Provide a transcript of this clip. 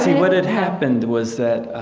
what had happened was that